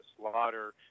slaughter